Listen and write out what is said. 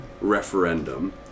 referendum